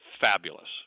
fabulous